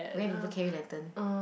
where people carry lantern